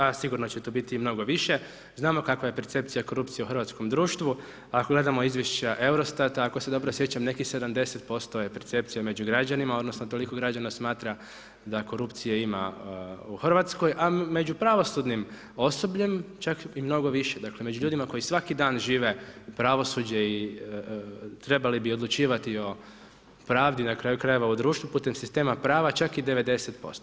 A sigurno će tu biti i mnogo više, znamo kakva je percepcija korupcije u hrvatskom društvu ako gledamo izvješća EUROSTAT-a, ako se dobro sjećam nekih 70% je percepcija među građanima odnosno toliko građana smatra da korupcije ima u Hrvatskoj, a među pravosudnim osobljem čak i mnogo više, dakle među ljudima koji svaki dan žive pravosuđe i trebali bi odlučivati o pravdu na kraju krajeva u društvu putem sistema prava, čak i 90%